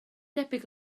debyg